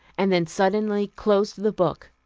and then suddenly closed the book.